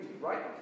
right